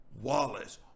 Wallace